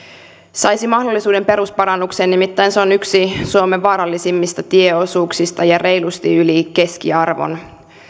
saisi mahdollisuuden perusparannukseen nimittäin se on yksi suomen vaarallisimmista tieosuuksista ja reilusti yli keskiarvon